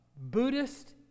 Buddhist